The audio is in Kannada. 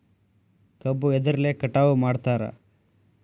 ಕಬ್ಬು ಎದ್ರಲೆ ಕಟಾವು ಮಾಡ್ತಾರ್?